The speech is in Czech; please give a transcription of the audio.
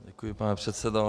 Děkuji, pane předsedo.